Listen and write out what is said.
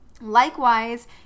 Likewise